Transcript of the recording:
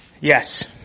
Yes